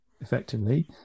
effectively